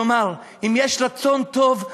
כלומר, אם יש רצון טוב,